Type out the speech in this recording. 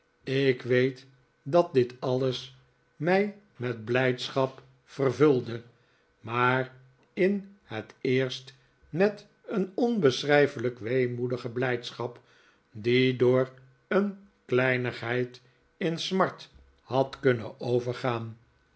ik weet dat dit alles mij met blijdschap vervulde maar in het eerst met een onbeschrijfelijk weemoedige blijdschap die door een kleinigheid in smart had kunnen overgaan